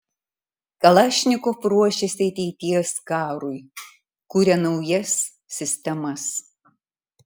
kalašnikov ruošiasi ateities karui kuria naujas sistemas